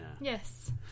Yes